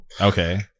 Okay